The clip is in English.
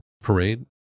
parade